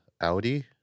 Audi